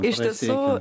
iš tiesų